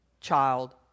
Child